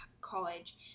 college